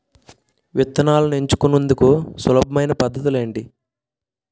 విత్తనాలను ఎంచుకునేందుకు సులభమైన పద్ధతులు ఏంటి?